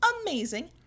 amazing